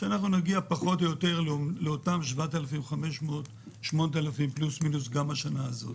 שנגיע לאותם 7,500,8,000 גם השנה הזאת.